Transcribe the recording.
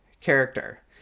character